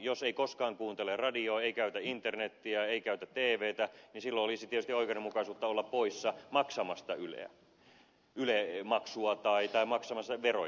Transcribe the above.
jos ei koskaan kuuntele radiota ei käytä internetiä ei käytä tvtä niin silloin olisi tietysti oikeudenmukaisuutta olla poissa maksamasta yle maksua tai maksamasta veroja